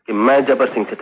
um ah jabbar singh